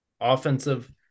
Offensive